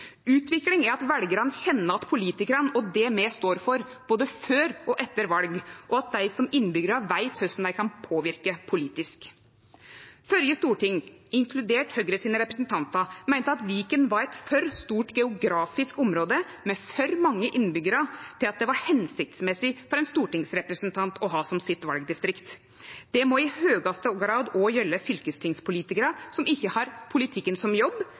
Utvikling er at veljarane kjenner igjen politikarane og det me står for, både før og etter val, og at dei som innbyggjarar veit korleis dei kan påverke politisk. Det førre stortinget, inkludert Høgre sine representantar, meinte at Viken var eit for stort geografisk område med for mange innbyggjarar til at det var føremålstenleg for ein stortingsrepresentant å ha det som sitt valdistrikt. Det må i høgaste grad òg gjelde fylkestingspolitikarar som ikkje har politikken som jobb,